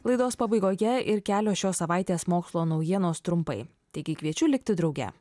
laidos pabaigoje ir kelios šios savaitės mokslo naujienos trumpai taigi kviečiu likti drauge